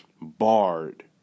barred